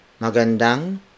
magandang